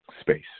space